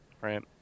right